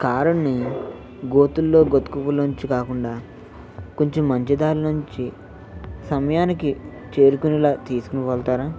కారుని గోతుల్లో గతుకుల్లోంచి నుంచి కాకుండా కొంచెం మంచి దారి నుంచి సమయానికి చేరుకునేలా తీసుకుని వెళ్తారా